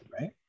right